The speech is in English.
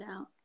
out